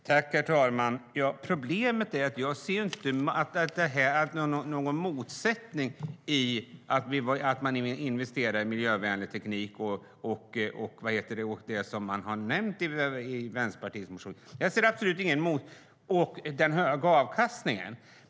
Herr talman! Problemet är att jag inte ser någon motsättning mellan att investera i miljövänlig teknik och hög avkastning. Jag ser absolut ingen motsättning.